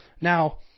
Now